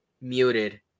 muted